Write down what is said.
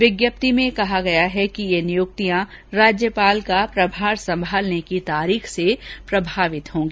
विज्ञप्ति में कहा गया है कि ये नियुक्तियां राज्यपाल का प्रभार संभालने की तारीख से प्रभावी होंगी